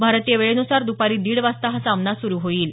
भारतीय वेळेनुसार द्पारी दीड वाजता हा सामना सुरू होईल